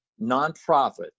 nonprofit